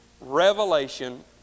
revelation